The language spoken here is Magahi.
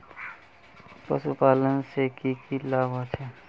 पशुपालन से की की लाभ होचे?